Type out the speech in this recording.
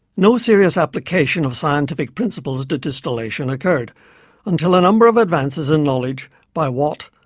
no serious application of scientific principles to distillation occurred until a number of advances in knowledge by watt,